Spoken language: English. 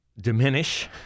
diminish